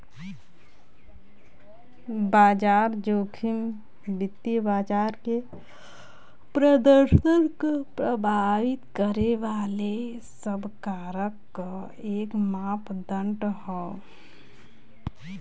बाजार जोखिम वित्तीय बाजार के प्रदर्शन क प्रभावित करे वाले सब कारक क एक मापदण्ड हौ